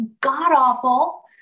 god-awful